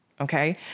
okay